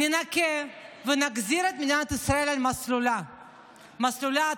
ננקה ונחזיר את מדינת ישראל למסלולה התקין